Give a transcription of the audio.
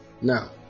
Now